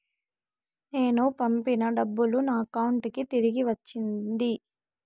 నేను పంపిన డబ్బులు నా అకౌంటు కి తిరిగి వచ్చింది